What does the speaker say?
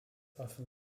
often